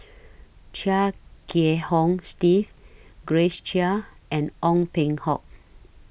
Chia Kiah Hong Steve Grace Chia and Ong Peng Hock